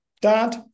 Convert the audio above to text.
dad